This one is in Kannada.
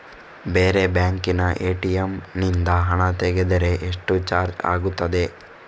ಬೇರೆ ಬ್ಯಾಂಕಿನ ಎ.ಟಿ.ಎಂ ನಿಂದ ಹಣ ತೆಗೆದರೆ ಎಷ್ಟು ಚಾರ್ಜ್ ಆಗುತ್ತದೆ?